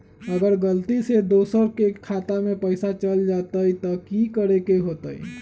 अगर गलती से दोसर के खाता में पैसा चल जताय त की करे के होतय?